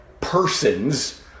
persons